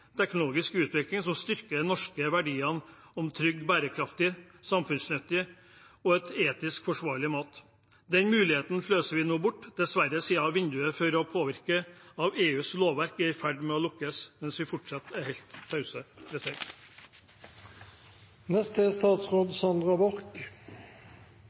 teknologisk utvikling som styrker de norske verdiene om trygg, bærekraftig, samfunnsnyttig og etisk forsvarlig mat. Den muligheten sløser vi nå dessverre bort, siden vinduet for å påvirke EUs lovverk er i ferd med å lukkes mens vi fortsatt er helt tause.